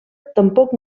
tampoc